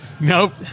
Nope